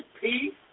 peace